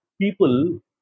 people